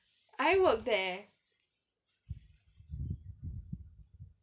I work there